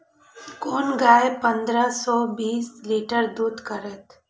कोन गाय पंद्रह से बीस लीटर दूध करते?